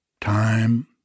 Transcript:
time